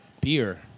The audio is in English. beer